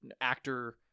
actor